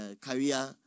career